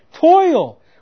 toil